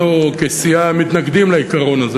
אנחנו כסיעה מתנגדים לעיקרון הזה.